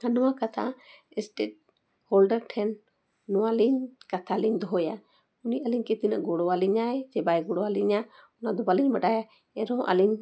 ᱟᱨ ᱱᱚᱣᱟ ᱠᱟᱛᱷᱟ state holder ᱴᱷᱮᱱ ᱱᱚᱣᱟ ᱞᱤᱧ ᱠᱟᱛᱷᱟ ᱞᱤᱧ ᱫᱚᱦᱚᱭᱟ ᱩᱱᱤ ᱟᱹᱞᱤᱧ ᱠᱤ ᱛᱤᱱᱟᱹᱜ ᱜᱚᱲᱚᱣᱟᱞᱤᱧᱟᱹᱭ ᱥᱮ ᱵᱟᱭ ᱜᱚᱲᱚᱣᱟᱞᱤᱧᱟᱹ ᱚᱱᱟ ᱫᱚ ᱵᱟᱞᱤᱧ ᱵᱟᱰᱟᱭᱟ ᱮᱨᱦᱚᱸ ᱟᱹᱞᱤᱧ